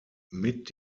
mit